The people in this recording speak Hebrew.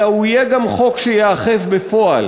אלא הוא יהיה גם חוק שייאכף בפועל.